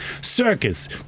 circus